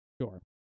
Sure